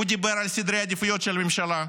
הוא דיבר על סדרי העדיפויות של הממשלה,